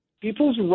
people's